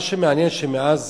מה שמעניין, שמאז